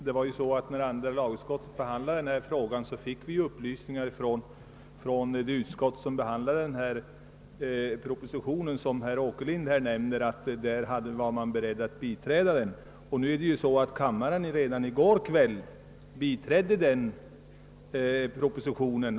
Herr talman! När andra lagutskottet behandlade detta ärende fick vi upplysningar från det utskott, som herr Åkerlind nämnde, om att man var beredd att tillstyrka propositionen som där behandlades, och kammaren beslöt redan i går kväll att bifalla propositionen.